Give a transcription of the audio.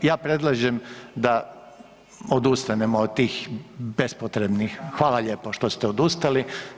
Hajde, ja predlažem da odustanemo od tih bespotrebnih, hvala lijepo što ste odustali.